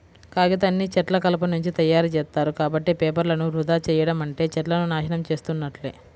కాగితాన్ని చెట్ల కలపనుంచి తయ్యారుజేత్తారు, కాబట్టి పేపర్లను వృధా చెయ్యడం అంటే చెట్లను నాశనం చేసున్నట్లే